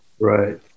Right